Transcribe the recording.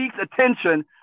attention